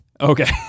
Okay